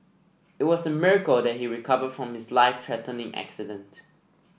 it was a miracle that he recovered from his life threatening accident